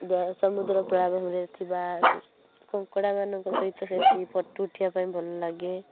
ସମୁଦ୍ର ବେଳା ଭୂମିରେ ଥିବା କଙ୍କଡ଼ା ମାନଙ୍କ ସହିତ ସେଇଠି ଫଟୋ ଉଠେଇବା ପାଇଁ ଭଲ ଲାଗେ